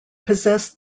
possessed